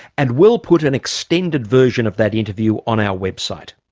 and we'll put an extended version of that interview on our website.